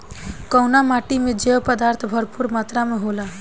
कउना माटी मे जैव पदार्थ भरपूर मात्रा में होला?